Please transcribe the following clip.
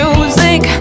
Music